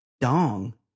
dong